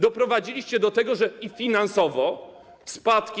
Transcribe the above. Doprowadziliście do tego, że i finansowo spadki.